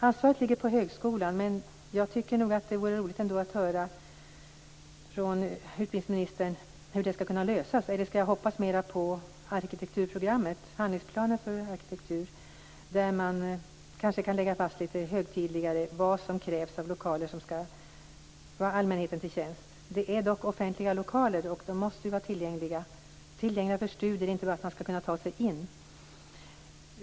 Ansvaret ligger på högskolan, men jag tycker ändå att det vore roligt att höra utbildningsministern tala om hur det skall kunna lösas. Skall vi hoppas mera på arkitekturprogrammet, dvs. på handlingsplanen för arkitektur, där man kanske litet högtidligare kan lägga fast vad som krävs av lokaler som skall stå allmänheten till tjänst? Det är dock offentliga lokaler, och de måste vara tillgängliga för studier. Det gäller inte bara att man skall kunna ta sig in.